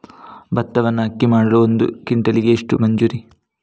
ಭತ್ತವನ್ನು ಅಕ್ಕಿ ಮಾಡಲು ಒಂದು ಕ್ವಿಂಟಾಲಿಗೆ ಎಷ್ಟು ಮಜೂರಿ?